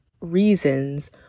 reasons